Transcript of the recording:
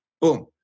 Boom